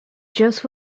just